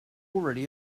already